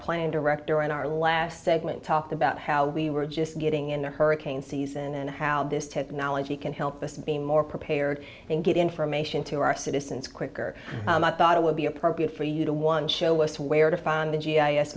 planning director on our last segment talked about how we were just getting into hurricane season and how this technology can help us be more prepared and get information to our citizens quicker i thought it would be appropriate for you to one show us where to find the g i s